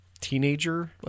Teenager